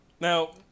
Now